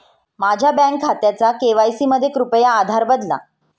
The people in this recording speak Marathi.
माझ्या बँक खात्याचा के.वाय.सी मध्ये कृपया आधार बदला